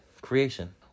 creation